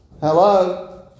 Hello